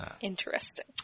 interesting